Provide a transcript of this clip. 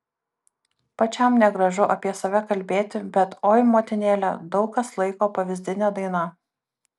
pačiam negražu apie save kalbėti bet oi motinėle daug kas laiko pavyzdine daina